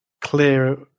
clear